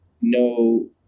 No